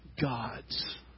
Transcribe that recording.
God's